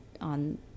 on